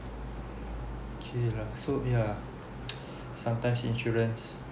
okay lah so yeah sometimes insurance